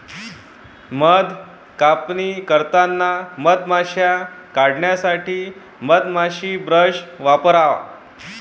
मध कापणी करताना मधमाश्या काढण्यासाठी मधमाशी ब्रश वापरा